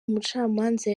umucamanza